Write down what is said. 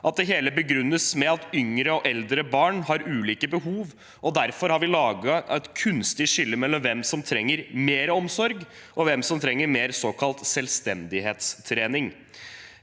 at det hele begrunnes med at yngre og eldre barn har ulike behov, og at vi derfor har laget et kunstig skille mellom hvem som trenger mer omsorg, og hvem som trenger mer såkalt selvstendighetstrening.